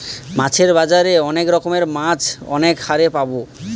মাছের বাজারে অনেক রকমের মাছ অনেক হারে পাবো